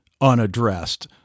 unaddressed